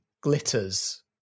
glitters